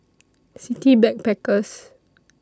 City Backpackers